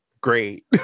great